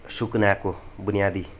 सुकुनाको बुनियादी